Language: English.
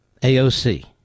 AOC